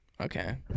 Okay